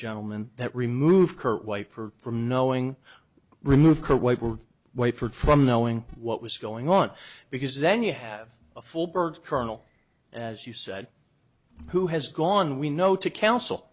gentlemen that remove current wife or from knowing remove kuwait wait for it from knowing what was going on because then you have a full bird colonel as you said who has gone we know to counsel